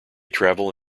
travel